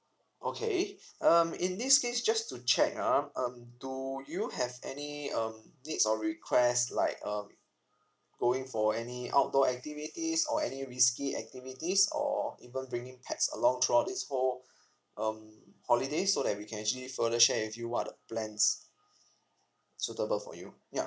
okay um in this case just to check ah um do you have any um needs or requests like um going for any outdoor activities or any risky activities or even bringing pets along throughout this whole um holiday so that we can actually further share with you what are the plans suitable for you ya